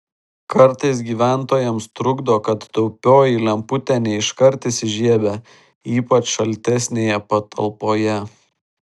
kartais gyventojams trukdo kad taupioji lemputė ne iškart įsižiebia ypač šaltesnėje patalpoje